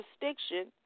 jurisdiction